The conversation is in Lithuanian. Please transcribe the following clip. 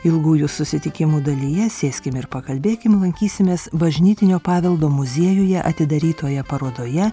ilgųjų susitikimų dalyje sėskim ir pakalbėkim lankysimės bažnytinio paveldo muziejuje atidarytoje parodoje